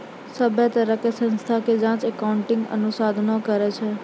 सभ्भे तरहो के संस्था के जांच अकाउन्टिंग अनुसंधाने करै छै